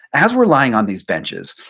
as we're lying on these benches,